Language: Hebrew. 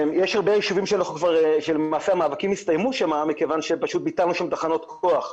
יש הרבה ישובים שלמעשה המאבקים הסתיימו שם מכיוון ביטלנו שם תחנות כוח.